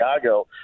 Chicago